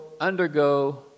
undergo